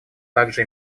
также